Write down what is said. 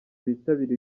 bitabira